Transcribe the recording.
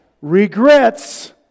regrets